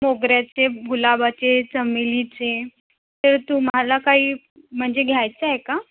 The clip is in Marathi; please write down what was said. मोगऱ्याचे गुलाबाचे चमेलीचे ते तुम्हाला काही म्हणजे घ्यायचं आहे का